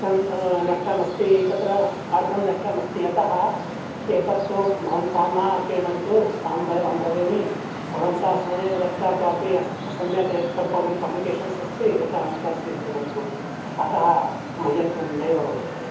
सम् नष्टमस्ति तत्र अर्धं नष्टमस्ति अतः एतत्तु भवन्तः मा क्रीणन्तु अहं ब्र् अहं ब्रवीमि भवन्तः स्वयमेव गत्वा क्वापि असम्यक् पब्लिकेशन्स् अस्ति तत्र भवन्तः स्वीकुर्वन्तु अतः मह्यं तु नैव रोचते